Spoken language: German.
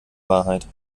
wahrheit